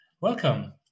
Welcome